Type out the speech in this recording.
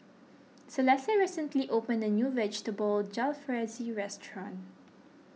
Celestia recently opened a new Vegetable Jalfrezi restaurant